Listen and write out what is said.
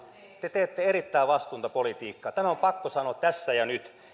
te teette erittäin vastuutonta politiikkaa tämä on pakko sanoa tässä ja nyt